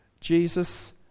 Jesus